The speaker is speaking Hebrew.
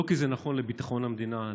לא כי זה נכון לביטחון המדינה,